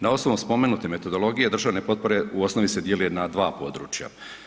Na osnovu spomenute metodologije državne potpore u osnovi se dijele na dva područja.